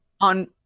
on